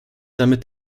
damit